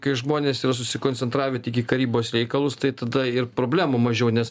kai žmonės yra susikoncentravę tik į karybos reikalus tai tada ir problemų mažiau nes